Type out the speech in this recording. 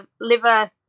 liver